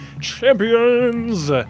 champions